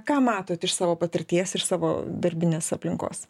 ką matot iš savo patirties iš savo darbinės aplinkos